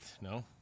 No